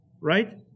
right